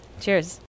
Cheers